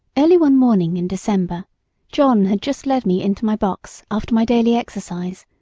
early one morning in december john had just led me into my box after my daily exercise,